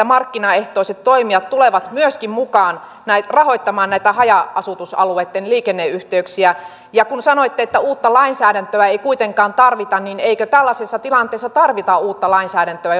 markkinaehtoiset toimijat tulevat myöskin mukaan rahoittamaan näitä haja asutusalueitten liikenneyhteyksiä ja kun sanoitte että uutta lainsäädäntöä ei kuitenkaan tarvita niin eikö tällaisessa tilanteessa tarvita uutta lainsäädäntöä